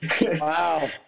Wow